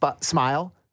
smile